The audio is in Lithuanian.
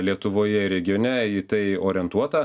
lietuvoje ir regione į tai orientuota